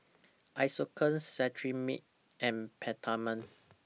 Isocal Cetrimide and Peptamen